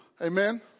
Amen